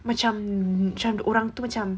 macam orang itu macam